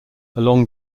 along